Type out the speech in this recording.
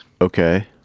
Okay